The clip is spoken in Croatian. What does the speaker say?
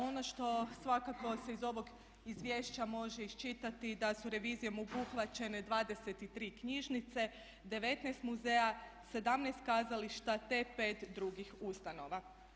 Ono što svakako se iz ovog izvješća može iščitati da su revizijom obuhvaćene 23 knjižnice, 19 muzeja, 17 kazališta te 5 drugih ustanova.